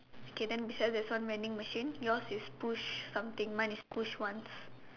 okay then beside there's one vending machine yours is push something mine is push once